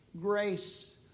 grace